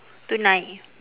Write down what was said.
tonight